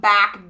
Back